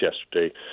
yesterday